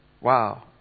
Wow